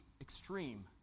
extreme